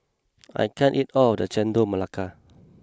I can't eat all of this Chendol Melaka